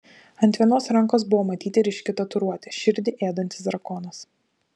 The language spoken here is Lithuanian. ant vienos rankos buvo matyti ryški tatuiruotė širdį ėdantis drakonas